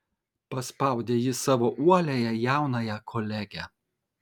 paspaudė ji savo uoliąją jaunąją kolegę